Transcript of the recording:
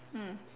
mm